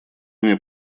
мне